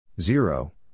Zero